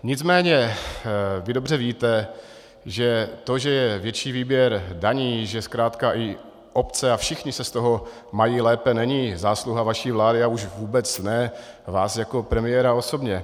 Nicméně vy dobře víte, že to, že je větší výběr daní, že zkrátka i obce a všichni se z toho mají lépe, není zásluha vaší vlády a už vůbec ne vás jako premiéra osobně.